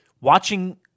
watching